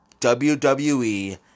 WWE